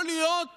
תמהני, יכול להיות